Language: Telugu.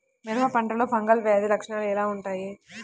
మిరప పంటలో ఫంగల్ వ్యాధి లక్షణాలు ఎలా వుంటాయి?